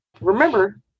remember